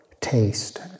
taste